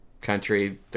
country